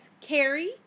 Carrie